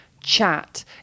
chat